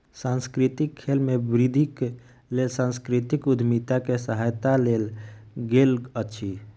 सांस्कृतिक खेल में वृद्धिक लेल सांस्कृतिक उद्यमिता के सहायता लेल गेल अछि